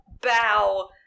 bow